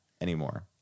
anymore